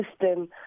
system